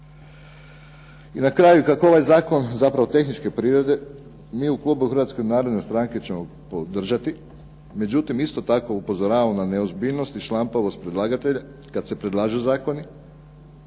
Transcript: I na kraju kako je ovaj zakon zapravo tehničke prirode, mi u klubu Hrvatske narodne stranke ćemo podržati. Međutim, isto tako upozoravamo na neozbiljnost i šlampavost predlagatelja kad se predlažu zakoni.